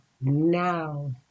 now